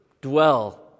dwell